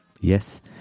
Yes